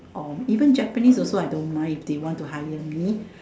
or even Japanese also I don't mind if they want to hire me